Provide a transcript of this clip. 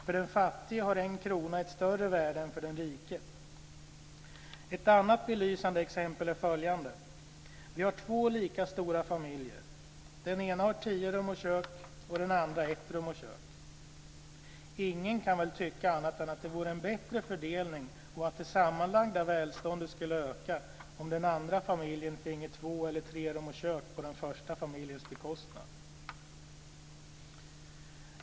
För den fattige har en krona ett större värde än för den rike. Ett annat belysande exempel är följande. Vi har två lika stora familjer. Den ena har tio rum och kök, och den andra ett rum och kök. Ingen kan väl tycka annat än att det vore en bättre fördelning och att det sammanlagda välståndet skulle öka om den andra familjen finge två eller tre rum och kök på den första familjens bekostnad.